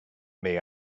may